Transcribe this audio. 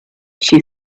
she